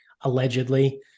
allegedly